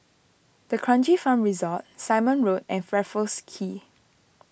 D'Kranji Farm Resort Simon Road and Raffles